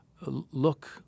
look